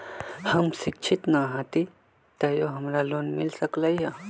हम शिक्षित न हाति तयो हमरा लोन मिल सकलई ह?